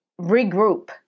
regroup